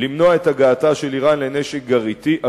למנוע את הגעתה של אירן לנשק הגרעיני,